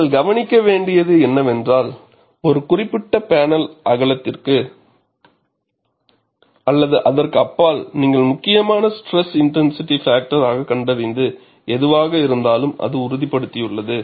நீங்கள் கவனிக்க வேண்டியது என்னவென்றால் ஒரு குறிப்பிட்ட பேனல் அகலத்திற்கு அல்லது அதற்கு அப்பால் நீங்கள் முக்கியமான ஸ்ட்ரெஸ் இன்டென்சிட்டி பாக்டர் ஆகக் கண்டறிந்தது எதுவாக இருந்தாலும் அது உறுதிப்படுத்துகிறது